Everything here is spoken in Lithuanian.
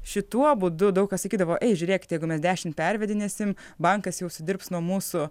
šituo būdu daug kas sakydavo ei žiūrėkit jeigu mes dešimt pervedinėsim bankas jau sudirbs nuo mūsų